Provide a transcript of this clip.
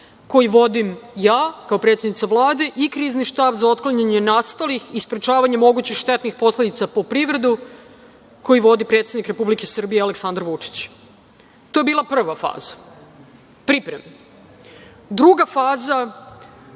koji vodim ja kao predsednica Vlade, i Krizni štab za otklanjanje nastalih i sprečavanje mogućih štetnih posledica po privredu, koji vodi predsednik Republike Srbije Aleksandar Vučić. To je bila prva faza, pripreme. Druga faza